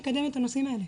לקדם את הנושאים האלה.